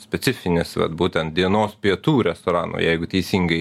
specifinis vat būtent dienos pietų restorano jeigu teisingai